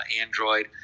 Android